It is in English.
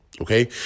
Okay